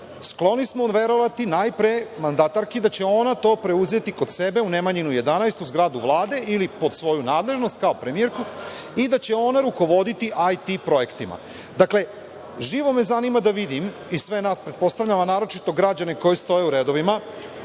Skloni smo verovati najpre mandatarki da će ona to preuzeti kod sebe u Nemanjinu 11, u zgradu Vlade ili pod svoju nadležnost kao premijerka i da će ona rukovodi IT projektima. Dakle, živo me zanima da vidim, i sve nas, pretpostavljam, a naročito građane koji stoje u redovima,